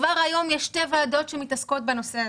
כבר היום יש שתי ועדות שמתעסקות בנושא הזה.